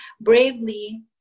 bravely